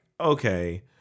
Okay